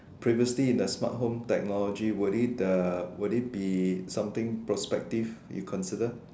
previously in a smart home technology would it uh would it be something prospective you consider